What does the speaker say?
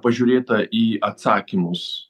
pažiūrėta į atsakymus